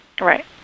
Right